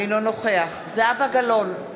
אינו נוכח זהבה גלאון,